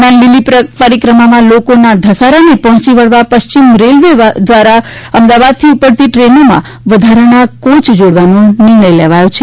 દરમિયાન લીલી પરિક્રમામાં લોકોના ઘસારાને પહોંચી વળવા પશ્ચિમ રેલવે દ્વારા અમદાવાદથી ઉપડતી ટ્રેનોમાં વધારાના કોય જોડવાનો નિર્ણય લીધો છે